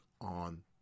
on